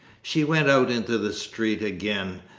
she went out into the street again,